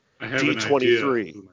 D23